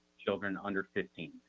children under fifteen.